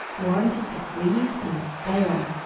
warranted to freeze and stay on!